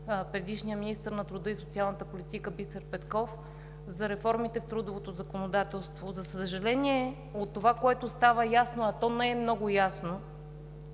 предишния министър на труда и социалната политика Бисер Петков за реформите в трудовото законодателство. За съжаление, това, което става ясно, а то не е много ясно,